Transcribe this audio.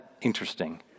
interesting